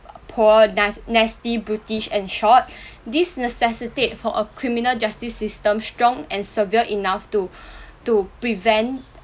poor na~ nasty brutish and short this necessitate for a criminal justice system strong and severe enough to to prevent